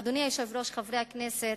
אדוני היושב-ראש, חברי הכנסת,